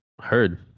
heard